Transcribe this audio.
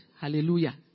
Hallelujah